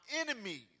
enemies